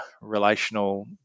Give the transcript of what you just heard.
relational